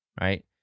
Right